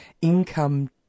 income